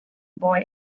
boy